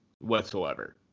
whatsoever